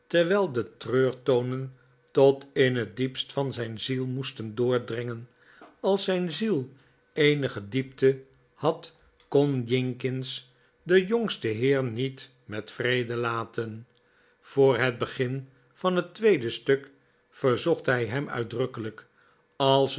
terwijl de treurtonen tot in het diepst van zijn ziel moesten doordringen als zijn ziel eenige diepte had kon jinkins den jongsten heer niet met vrede laten voor het begin van het tweede stuk verzocht hij hem uitdrukkelijk als